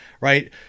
Right